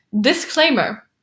Disclaimer